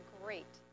great